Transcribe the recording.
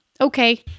Okay